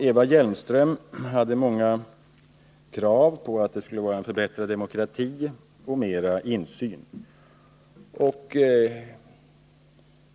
Eva Hjelmström hade många krav på förbättrad demokrati och mera insyn.